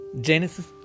Genesis